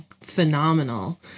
phenomenal